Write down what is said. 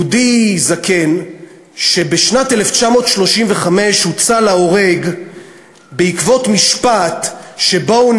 יהודי זקן שבשנת 1935 הוצא להורג בעקבות משפט שבו הוא